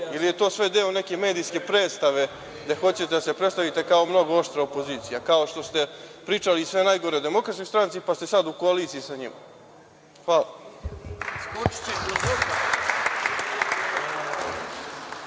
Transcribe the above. Ili je to sve deo neke medijske predstave gde hoćete da se predstavite kao mnogo oštra opozicija, kao što ste pričali sve najgore o DS, pa ste sad u koaliciji sa njima. Hvala